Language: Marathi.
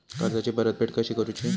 कर्जाची परतफेड कशी करुची?